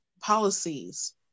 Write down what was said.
policies